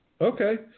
Okay